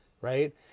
right